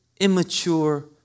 immature